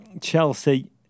Chelsea